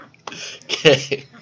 Okay